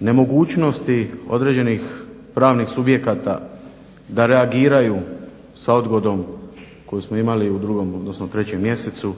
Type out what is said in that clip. nemogućnosti određenih pravnih subjekata da reagiraju sa odgodom koju smo imali u 2, odnosno 3 mjesecu